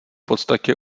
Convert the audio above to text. podstatě